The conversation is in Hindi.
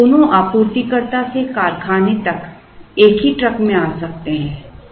अब ये दोनों आपूर्तिकर्ता से कारखाने तक एक ही ट्रक में आ सकते हैं